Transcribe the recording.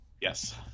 Yes